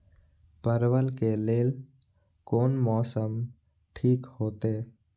परवल के लेल कोन मौसम ठीक होते?